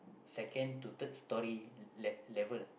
second to third story le~ level ah